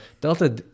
delta